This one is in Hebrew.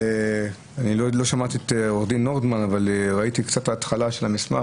לא שמעתי את עו"ד נורדמן אבל ראיתי את תחילת המסמך